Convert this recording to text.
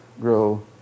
grow